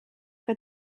que